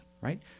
right